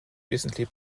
recently